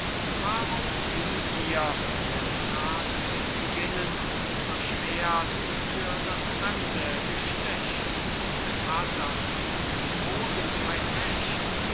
warum ziehn wir mit rasendem beginnen unser schwert für das fremde geschlecht es hat an diesem boden kein recht